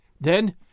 Then